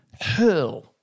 hurl